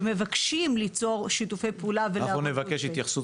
מבקשים ליצור שיתופי פעולה --- אנחנו נבקש ממשרד החוץ התייחסות